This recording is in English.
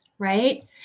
right